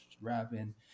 rapping